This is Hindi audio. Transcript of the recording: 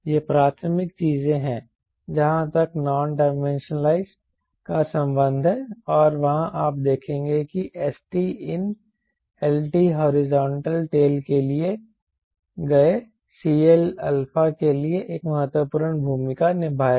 ये प्राथमिक चीजें हैं जहां तक नॉन डाइमेंशनल का संबंध है और वहां आप देखेंगे कि St इन lt हॉरिजॉन्टल टेल के दिए गए CLαके लिए एक महत्वपूर्ण भूमिका निभाएगा